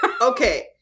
okay